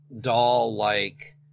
doll-like